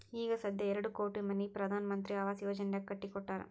ಈಗ ಸಧ್ಯಾ ಎರಡು ಕೋಟಿ ಮನಿ ಪ್ರಧಾನ್ ಮಂತ್ರಿ ಆವಾಸ್ ಯೋಜನೆನಾಗ್ ಕಟ್ಟಿ ಕೊಟ್ಟಾರ್